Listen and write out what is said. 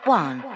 one